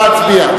נא להצביע.